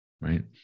right